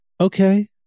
Okay